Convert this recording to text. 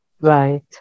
Right